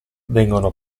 vengono